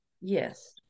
Yes